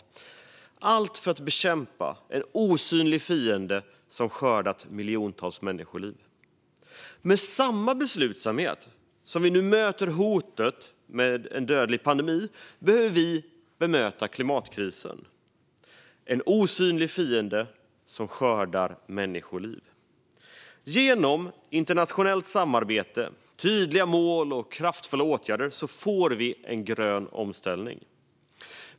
Man har gjort allt för att bekämpa en osynlig fiende som skördat miljontals människoliv. Samma beslutsamhet som vi nu möter hotet från en dödlig pandemi med behövs för att möta klimatkrisen. Det är en osynlig fiende som skördar människoliv. Genom internationellt samarbete, tydliga mål och kraftfulla åtgärder får vi en grön omställning.